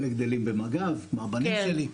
חלק גדלים במג"ב כמו הבנים שלי.